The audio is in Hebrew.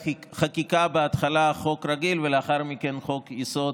לחקיקה, בהתחלה חוק רגיל ולאחר מכן חוק-יסוד,